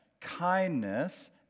kindness